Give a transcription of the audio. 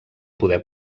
poder